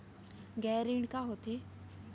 गैर ऋण का होथे?